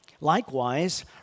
Likewise